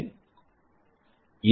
Refer Time 1125